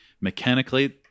mechanically